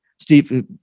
Steve